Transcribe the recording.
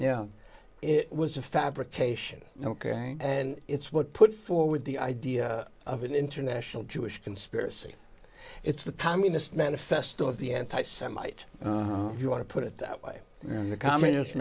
yeah it was a fabrication ok and it's what put forward the idea of an international jewish conspiracy it's the communist manifesto of the anti semite if you want to put it that way and the communist